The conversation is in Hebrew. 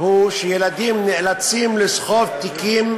הוא שילדים נאלצים לסחוב תיקים